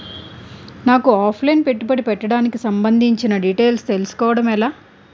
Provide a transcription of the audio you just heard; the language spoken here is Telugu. నాకు ఆఫ్ లైన్ పెట్టుబడి పెట్టడానికి సంబందించిన డీటైల్స్ తెలుసుకోవడం ఎలా?